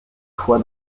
fois